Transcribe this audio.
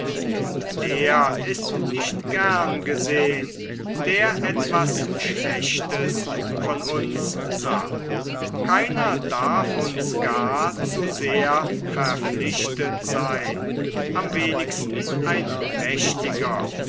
und der ist nicht gern gesehn der etwas schlechtes von uns sah keiner darf uns gar zu sehr verpflichtet seyn am wenigsten ein mächtiger